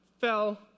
fell